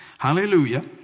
Hallelujah